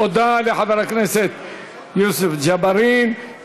תודה לחבר הכנסת יוסף ג'בארין.